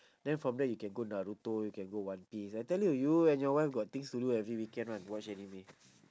then from there you can go naruto you can go one piece I tell you you and your wife got things to do every weekend [one] watch anime